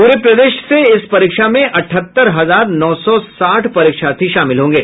पूरे प्रदेश से इस परीक्षा में अठहत्तर हजार नौ सौ साठ परीक्षार्थी शामिल होंगे